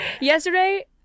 Yesterday